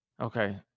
Okay